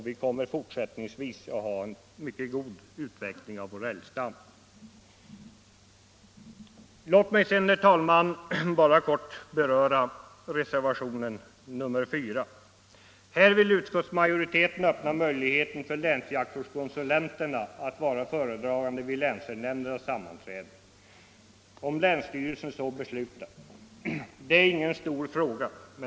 Vi kommer ändå fortsättningsvis att ha en mycket god utveckling av vår älgstam. Till sist, herr talman, vill jag helt kort beröra reservationen 4. Utskottsmajoriteten vill öppna möjlighet för länsjaktvårdskonsulenterna att vara föredragande vid länsälgnämndernas sammanträden, om länsstyrelsen så beslutar. Det är ingen stor fråga.